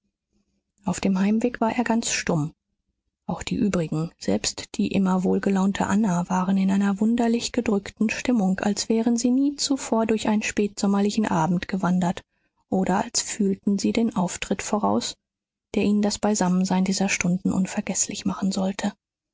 auf dem heimweg war er ganz stumm auch die übrigen selbst die immer wohlgelaunte anna waren in einer wunderlich gedrückten stimmung als wären sie nie zuvor durch einen spätsommerlichen abend gewandert oder als fühlten sie den auftritt voraus der ihnen das beisammensein dieser stunden unvergeßlich machen sollte